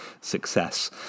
success